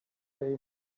day